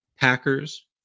Packers